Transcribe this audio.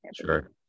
sure